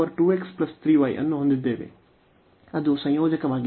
ನಾವು ಇಲ್ಲಿ ಅನ್ನು ಹೊಂದಿದ್ದೇವೆ ಅದು ಸಂಯೋಜಕವಾಗಿದೆ